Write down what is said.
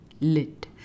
Lit